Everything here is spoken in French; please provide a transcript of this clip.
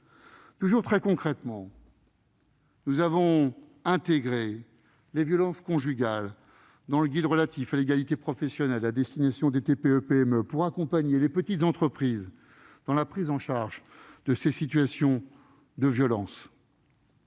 Toujours très concrètement, nous avons intégré les violences conjugales dans le guide relatif à l'égalité professionnelle à destination des TPE-PME pour accompagner ces petites entreprises dans la prise en charge de ces situations de violence.